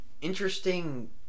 interesting